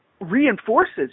reinforces